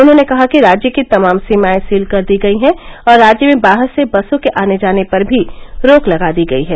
उन्होंने कहा कि राज्य की तमाम सीमाएं सील कर दी गई हैं और राज्य में बाहर से बसों के आने जाने पर भी रोक लगा दी गई है